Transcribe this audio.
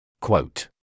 Quote